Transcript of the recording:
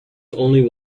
only